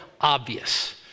obvious